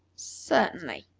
certainly,